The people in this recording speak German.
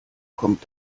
kommt